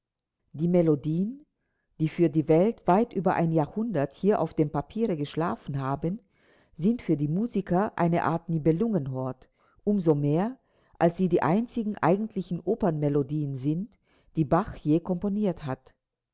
die melodien die für die welt weit über ein jahrhundert hier auf dem papiere geschlafen haben sind für die musiker eine art nibelungenhort umsomehr als sie die einzigen eigentlichen opernmelodien sind die bach je komponiert hat